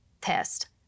test